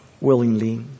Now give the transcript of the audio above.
willingly